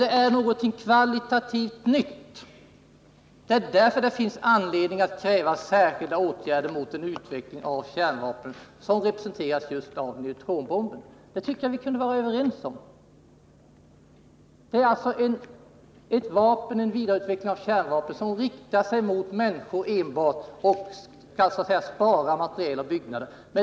Det är något kvalitativt nytt, och det är därför som det finns anledning att kräva särskilda åtgärder mot den utveckling av kärnvapnen som representeras av just neutronbomben. Det tycker jag att vi kunde vara överens om. Det är fråga om en vidareutveckling av ett kärnvapen som riktar sig enbart mot människor och som kan så att säga spara materiel och byggnader.